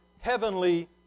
heavenly